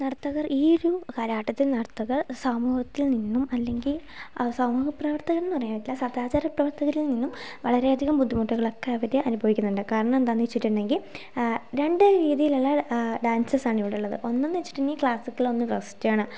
നർത്തകർ ഈ ഒരു കാലഘട്ടത്തിൽ നർത്തകർ സമൂഹത്തിൽ നിന്നും അല്ലെങ്കിൽ സമൂഹപ്രവർത്തകർ എന്നുപറയാൻ പറ്റില്ല സദാചാര പ്രവർത്തകരിൽ നിന്നും വളരേയധികം ബുദ്ധിമുട്ടുകളൊക്കെ അവരനുഭവിക്കുന്നുണ്ട് കരണമെന്തന്നുവെച്ചിട്ടുണ്ടെങ്കിൽ രണ്ട് രീതിയിലുള്ള ഡാൻസെസ്സാണ് ഇവിടുള്ളത് ഒന്ന് എന്നുവെച്ചിട്ടുണ്ടെങ്കിൽ ക്ലാസിക്കൽ ഒന്ന് വെസ്റ്റേൺ